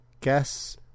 guess